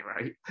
right